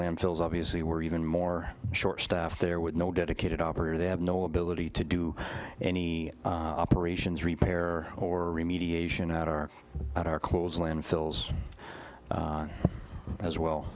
landfills obviously were even more short staffed there with no dedicated operator they have no ability to do any operations repair or mediation at our at our close landfills as well